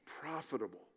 profitable